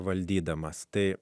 valdydamas tai